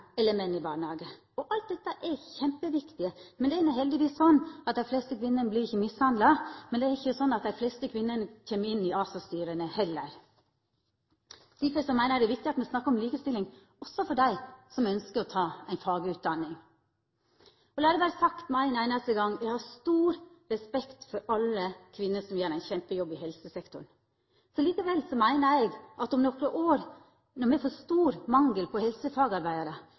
eller menn i barnehage. Alt dette er kjempeviktig, men det er heldigvis sånn at dei fleste kvinner vert ikkje mishandla. Det er heller ikkje sånn at dei fleste kvinnene kjem inn i ASA-styra. Difor meiner eg at det er viktig at me snakkar om likestilling også for dei som ønskjer å ta ei fagutdanning. Lat det vera sagt med ein einaste gong: Eg har stor respekt for alle kvinner som gjer ein kjempejobb i helsesektoren. Likevel meiner eg at om nokre år når me får stor mangel på helsefagarbeidarar,